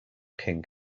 king